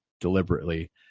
deliberately